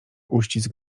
uścisk